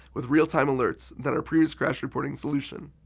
with real-time alerts, than our previous crash reporting solution.